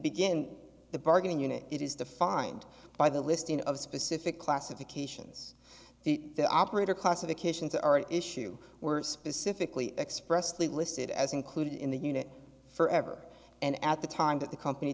begin the bargaining unit it is defined by the listing of specific classifications the operator classifications are issue were specifically expressly listed as included in the unit for ever and at the time that the company